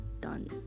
done